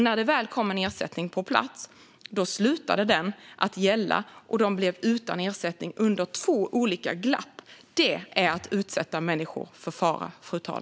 När det väl kom en ersättning på plats slutade den att gälla och de blev utan ersättning under två olika glapp. Detta är att utsätta människor för fara, fru talman.